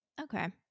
Okay